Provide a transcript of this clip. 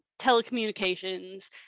telecommunications